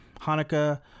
Hanukkah